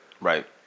Right